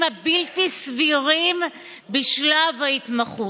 וביום אחד הממשלה הורידה להם את